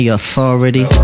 authority